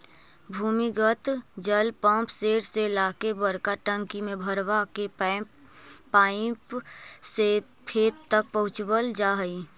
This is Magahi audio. भूमिगत जल पम्पसेट से ला के बड़का टंकी में भरवा के पाइप से खेत तक पहुचवल जा हई